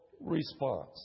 response